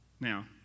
Now